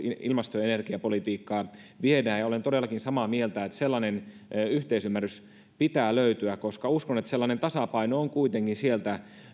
ilmasto ja energiapolitiikkaa viedään olen todellakin samaa mieltä että sellainen yhteisymmärrys pitää löytyä koska uskon että kuitenkin sieltä